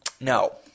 No